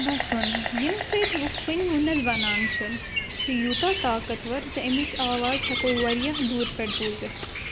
وَسُن ییٚمہِ سۭتۍ وُپھوٕنۍ وُنَل بَنان چھِ چھُ یوٗتاہ طاقتوَر زِ اَمِچ آواز ہٮ۪کو واریاہ دوٗرِ پٮ۪ٹھ بوٗزِتھ